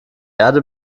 erde